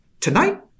Tonight